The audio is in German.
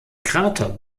krater